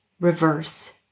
reverse